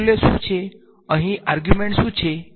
મૂલ્ય શું છે અહીં આર્ગ્યુમેંટ શું છે